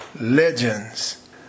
legends